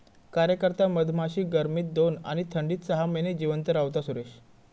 कार्यकर्ता मधमाशी गर्मीत दोन आणि थंडीत सहा महिने जिवंत रव्हता, सुरेश